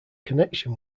connection